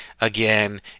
again